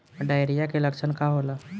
Diarrhoea के लक्षण का होला?